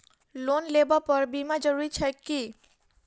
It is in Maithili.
लोन लेबऽ पर बीमा जरूरी छैक की?